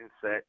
set